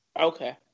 Okay